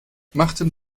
machten